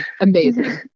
amazing